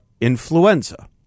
influenza